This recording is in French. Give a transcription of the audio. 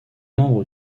membre